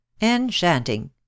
Enchanting